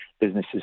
businesses